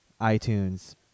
iTunes